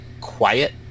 quiet